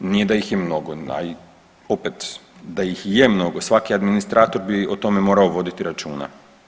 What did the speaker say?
Nije da ih je mnogo, a i opet da ih i je mnogo svaki administrator bi o tome morao voditi računa.